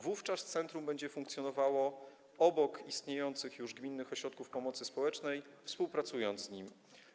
Wówczas centrum będzie funkcjonowało obok istniejących już gminnych ośrodków pomocy społecznej, współpracując z nimi.